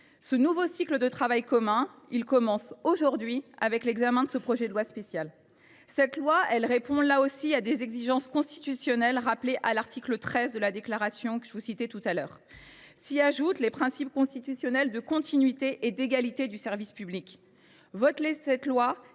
Ce nouveau cycle de travail commun commence aujourd’hui avec l’examen de ce projet de loi spéciale. Cette loi répond là encore à des exigences constitutionnelles. Je pense à l’article 13 de la Déclaration des droits de l’homme et du citoyen. S’y ajoutent les principes constitutionnels de continuité et d’égalité du service public. Voter cette loi